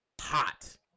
hot